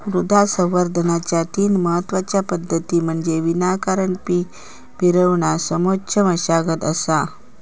मृदा संवर्धनाच्या तीन महत्वच्या पद्धती म्हणजे वनीकरण पीक फिरवणा समोच्च मशागत असा